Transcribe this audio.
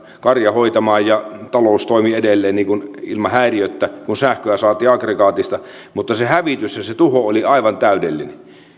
karja hoitamaan ja talous toimi edelleen häiriöttä kun sähköä saatiin aggregaatista mutta se hävitys ja tuho oli aivan täydellinen